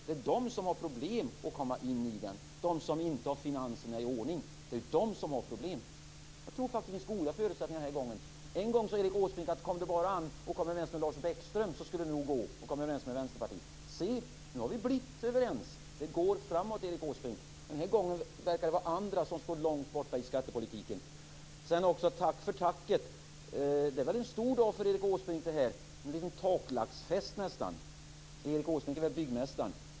Det är de som har problem att komma in i den, de som inte har finanserna i ordning. Det är de som har problem. Jag tror faktiskt att det finns goda förutsättningar den här gången. En gång sade Erik Åsbrink att kom det bara an på att komma överens med Lars Bäckström skulle det nog gå att komma överens med Vänsterpartiet. Se, nu har vi blivit överens! Det går framåt, Erik Åsbrink. Den här gången verkar det vara andra som står långt borta i skattepolitiken. Tack för tacket. Det är väl en stor dag för Erik Åsbrink i dag, en liten taklagsfest nästan. Erik Åsbrink är väl byggmästaren.